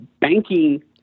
banking